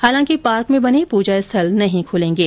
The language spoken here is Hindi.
हालांकि पार्क में बने पूजा स्थल नहीं खुलेंगे